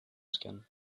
skin